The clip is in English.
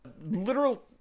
literal